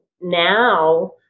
now